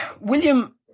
William